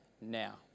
now